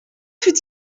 fut